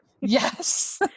yes